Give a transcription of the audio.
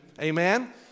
Amen